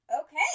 Okay